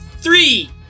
three